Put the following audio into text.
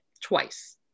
twice